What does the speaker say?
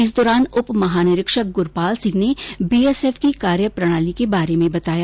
इस दौरान उप महानिरीक्षक गुरपाल सिंह ने बीएसएफ की कार्य प्रणाली के बारे में बताया